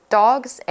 dogs